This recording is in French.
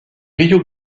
rio